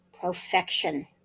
perfection